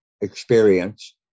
experience